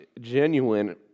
genuine